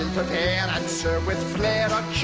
and prepare and and serve with flair